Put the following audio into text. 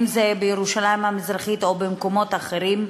אם בירושלים המזרחית או במקומות אחרים.